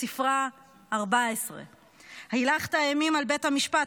המספר 14. הילכת אימים על בית המשפט.